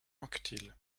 anquetil